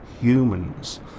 humans